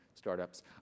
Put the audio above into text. Startups